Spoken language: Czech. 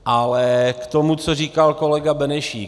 Ale k tomu, co říkal kolega Benešík.